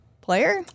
player